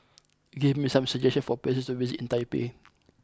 give me some suggestions for places to visit in Taipei